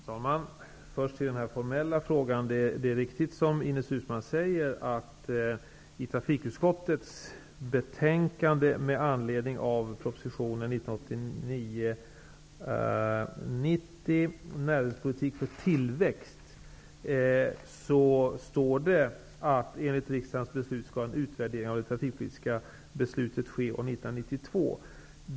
Fru talman! Först till den formella frågan: Det är riktigt som Ines Uusmann säger, att det i trafikutskottets betänkande med anledning av regeringens proposition 1989/90 Näringspolitik för tillväxt står att enligt riksdagens beslut skall en utvärdering av det trafikpolitiska beslutet ske år 1992.